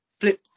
flip